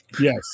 Yes